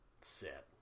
set